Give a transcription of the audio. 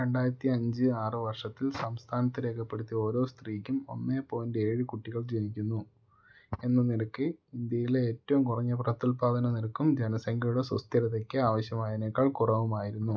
രണ്ടായിരത്തി അഞ്ച് ആറ് വർഷത്തിൽ സംസ്ഥാനത്ത് രേഖപ്പെടുത്തിയ ഓരോ സ്ത്രീക്കും ഒന്ന് പോയിന്റ് ഏഴ് കുട്ടികൾ ജനിക്കുന്നു എന്ന നിരക്ക് ഇന്ത്യയിലെ ഏറ്റവും കുറഞ്ഞ പ്രത്യുൽപ്പാദന നിരക്കും ജനസംഖ്യയുടെ സുസ്ഥിരതയ്ക്ക് ആവശ്യമായതിനെക്കാൾ കുറവുമായിരുന്നു